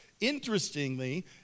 Interestingly